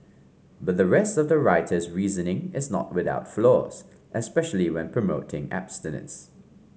but the rest of the writer's reasoning is not without flaws especially when promoting abstinence